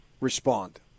Respond